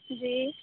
جی